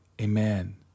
Amen